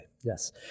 Yes